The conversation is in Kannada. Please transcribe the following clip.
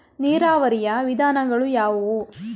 ನೀರಾವರಿಯ ವಿಧಾನಗಳು ಯಾವುವು?